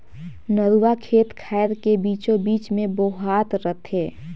नरूवा खेत खायर के बीचों बीच मे बोहात रथे